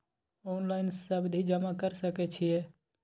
Online सावधि जमा कर सके छिये?